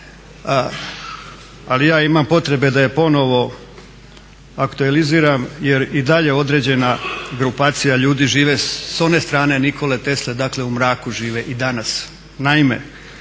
ali ja imam potrebe da je ponovo aktualiziram, jer i dalje određena grupacija ljudi žive sa one strane Nikole Tesle. Dakle, u mraku žive i danas.